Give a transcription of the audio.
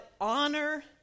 honor